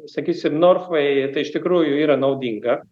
sakysim norfai tai iš tikrųjų yra naudinga